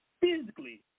physically